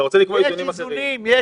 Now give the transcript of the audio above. אתה רוצה לקבוע איזונים אחרים?